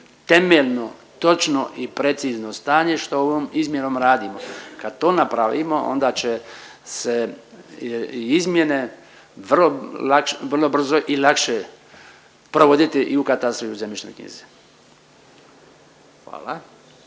temeljno, točno i precizno stanje što ovom izmjenom radimo. Kad to napravimo onda će se i izmjene vrlo brzo i lakše provoditi i u katastru i u zemljišnoj knjizi.